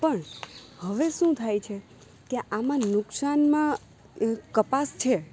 પણ હવે શું થાય છે કે આમાં નુકશાનમાં કપાસ છે